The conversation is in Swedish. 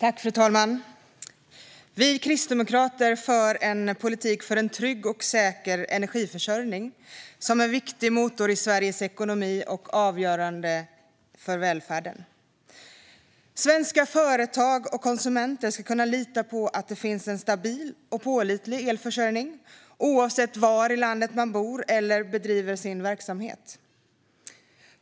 Fru talman! Vi kristdemokrater för en politik för en trygg och säker energiförsörjning, vilket är en viktig motor i Sveriges ekonomi och avgörande för välfärden. Svenska företag och konsumenter ska kunna lita på att det finns en stabil och pålitlig elförsörjning oavsett var i landet man bor eller bedriver sin verksamhet.